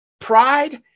pride